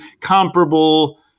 comparable